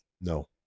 No